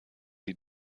die